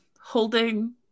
holding